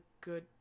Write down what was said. good